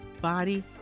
body